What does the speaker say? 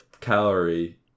calorie